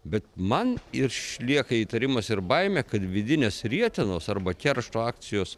bet man išlieka įtarimas ir baimė kad vidinės rietenos arba keršto akcijos